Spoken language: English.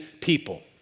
people